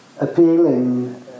appealing